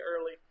early